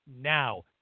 now